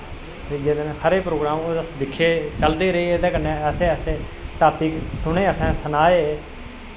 ते खरे प्रोग्राम होऐ ते असें दिक्खे चलदे रेह् एह्दै कन्नै ऐसे ऐसे टापिक सुने असें सनाए